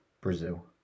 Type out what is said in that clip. Brazil